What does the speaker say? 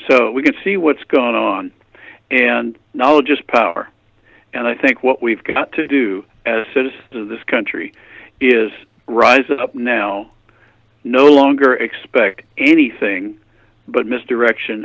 so we can see what's going on and knowledge is power and i think what we've got to do as a citizen of this country is rise up now no longer expect anything but misdirection